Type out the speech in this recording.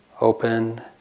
open